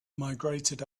migrated